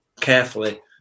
carefully